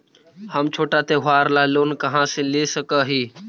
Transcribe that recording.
हम छोटा त्योहार ला लोन कहाँ से ले सक ही?